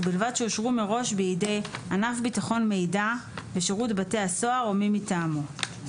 ובלבד שאושרו מראש בידי ענף ביטחון מידע בשירות בתי הסוהר או מי מטעמו.